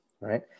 right